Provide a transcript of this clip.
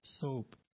soap